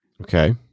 okay